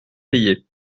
payé